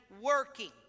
working